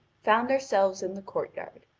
found ourselves in the courtyard.